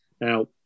now